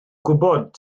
gwybod